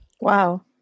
Wow